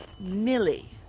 Millie